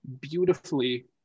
beautifully